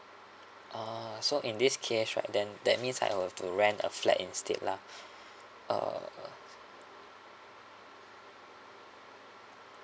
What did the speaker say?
ah so in this case right then that means I will have to rent a flat instead lah uh